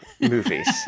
movies